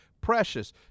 Precious